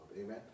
Amen